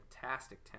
fantastic